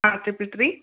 ആ fifty three